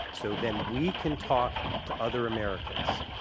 so then we can talk to other americans.